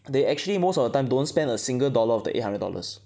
they actually most of the time don't spend a single dollar of the eight hundred dollars